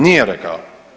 Nije rekao.